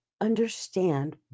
understand